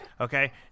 Okay